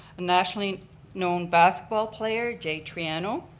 a nationally known basketball player, jay triano,